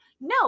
no